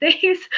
days